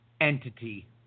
entity